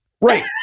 Right